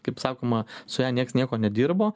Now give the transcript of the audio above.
kaip sakoma su ja nieks nieko nedirbo